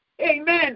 Amen